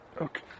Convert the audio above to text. Okay